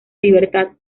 libertad